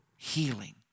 Healing